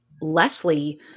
Leslie